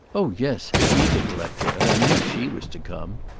oh yes, she's a collector, and i knew she was to come.